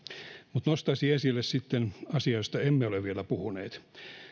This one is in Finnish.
mutta nostaisin sitten esille asian josta emme ole vielä puhuneet